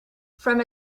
from